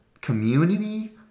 community